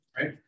Right